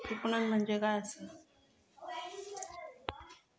विपणन म्हणजे काय असा?